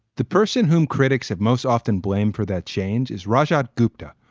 the person whom critics have most often blamed for that change is rajat gupta,